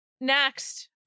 Next